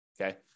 okay